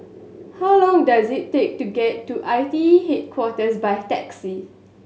how long does it take to get to I T E Headquarters by taxi